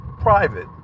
private